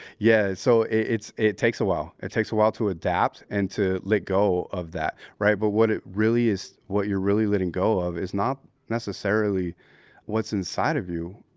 yeah, so it, it takes a while. it takes a while to adapt and to let go of that, right. but what it really is, what you're really letting go of is not necessarily what's inside of you.